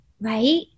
right